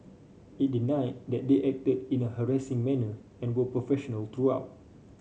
it denied that they acted in a harassing manner and were professional throughout